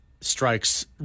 strikes